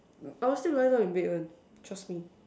I will still lie down in bed one trust me